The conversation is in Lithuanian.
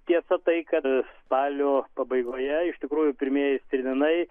tiesa tai kad spalio pabaigoje iš tikrųjų pirmieji stirn